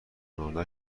ناله